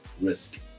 risk